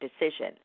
decision